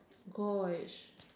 Gosh